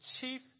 chief